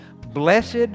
Blessed